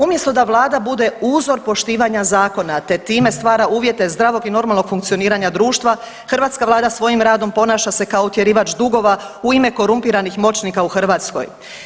Umjesto da Vlada bude uzor poštivanja zakona, te time stvara uvjete zdravog i normalnog funkcioniranja društva hrvatska Vlada svojim radom ponaša se kao utjerivač dugova u ime korumpiranih moćnika u Hrvatskoj.